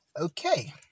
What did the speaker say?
Okay